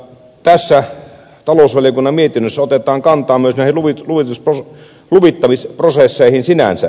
tässä talousvaliokunnan mietinnössä otetaan kantaa myös näihin luvittamisprosesseihin sinänsä